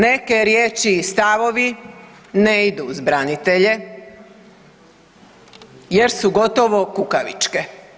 Neke riječi i stavovi ne idu uz branitelje, jer su gotovo kukavičke.